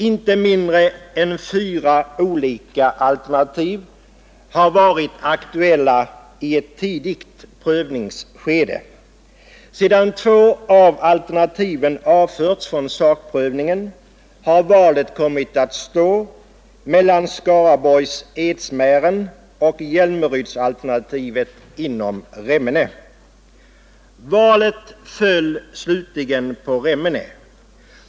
Inte mindre än fyra olika alternativ har varit aktuella i ett tidigt prövningsskede. Sedan två av alternativen avförts från sakprövningen har valet kommit att stå mellan Skaraborgs Edsmären och Hjälmerydsalternativet inom Remmene. Valet föll slutligen på Remmene.